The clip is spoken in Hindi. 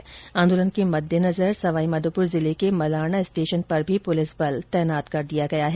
इधर आंदोलन के मद्देनजर सवाई माधोपुर जिले के मलारना स्टेशन पर भी पुलिस बल तैनात कर दिया गया है